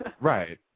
Right